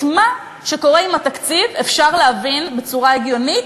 את מה שקורה עם התקציב אפשר להבין בצורה הגיונית